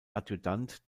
adjutant